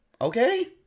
Okay